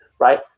Right